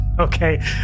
okay